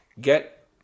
get